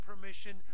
permission